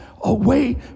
away